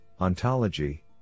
ontology